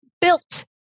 built